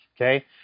okay